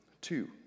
Two